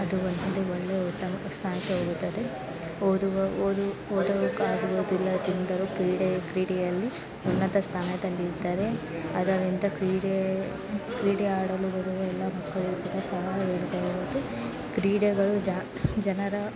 ಅದು ಒಂದು ಅದು ಒಳ್ಳೆಯ ಉತ್ತಮ ಓದುವ ಓದು ಓದುವುದಕ್ಕಾಗುವುದಿಲ್ಲ ಎಂದರೂ ಕ್ರೀಡೆ ಕ್ರೀಡೆಯಲ್ಲಿ ಉನ್ನತ ಸ್ಥಾನದಲ್ಲಿದ್ದರೆ ಅದರಿಂದ ಕ್ರೀಡೆ ಕ್ರೀಡೆ ಆಡಲು ಬರುವ ಎಲ್ಲ ಮಕ್ಕಳಿಗೂ ಕೂಡ ಸಮಾನ ಇರುತ್ತವೆ ಮತ್ತು ಕ್ರೀಡೆಗಳು ಜನರ